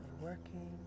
working